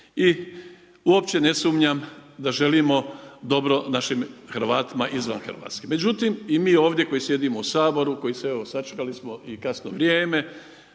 i uopće ne sumnjam da želimo dobro našim Hrvatima izvan Hrvatske. Međutim, i mi ovdje koji sjedimo u Saboru, koji se evo sačekali smo i kasno vrijeme